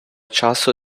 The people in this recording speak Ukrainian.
часу